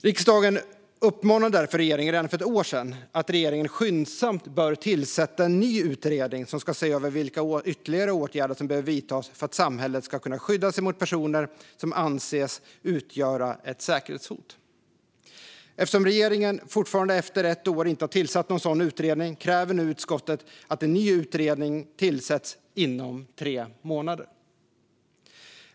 Riksdagen uppmanade därför regeringen redan för ett år sedan att skyndsamt tillsätta en ny utredning som ska se över vilka ytterligare åtgärder som behöver vidtas för att samhället ska kunna skydda sig mot personer som anses utgöra ett säkerhetshot. Eftersom regeringen fortfarande efter ett år inte har tillsatt en sådan utredning kräver utskottet nu att en ny utredning tillsätts inom tre månader.